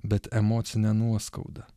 bet emocinę nuoskaudą